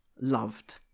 loved